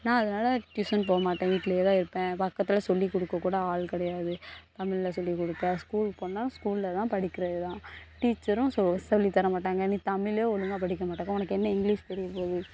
நான் அதனால டியூஷன் போக மாட்டேன் வீட்டிலையே தான் இருப்பேன் பக்கத்தில் சொல்லி கொடுக்க கூட ஆள் கிடையாது தமிழ்ல சொல்லி கொடுக்க ஸ்கூலுக்கு போன்னால் ஸ்கூலில் தான் படிக்கிறது தான் டீச்சரும் சொ சொல்லி தரமாட்டாங்க நீ தமிழே ஒழுங்காக படிக்கமாட்டங்க உனக்கு என்ன இங்கிலீஷ் தெரியபோகுது